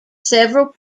several